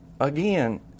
again